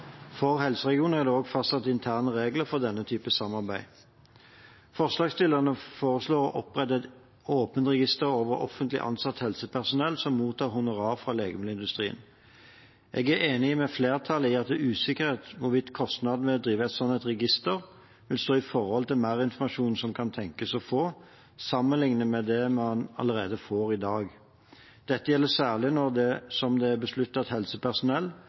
For helseregionene er det også fastsatt interne regler for denne type samarbeid. Forslagsstillerne foreslår å opprette et åpent register over offentlig ansatt helsepersonell som mottar honorar fra legemiddelindustrien. Jeg er enig med flertallet i at det er usikkert hvorvidt kostnadene ved å drive et slikt register vil stå i forhold til merinformasjonen man kan tenkes å få, sammenlignet med det man allerede får i dag. Dette gjelder særlig når det er besluttet at helsepersonell